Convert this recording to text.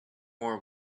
more